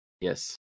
Yes